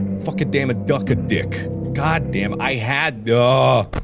fucking damn a duck a dick god damn i had duh